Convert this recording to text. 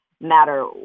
matter